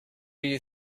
you